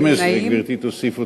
12, גברתי, תוסיף אותי.